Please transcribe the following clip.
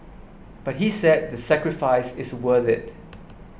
but he said the sacrifice is worth it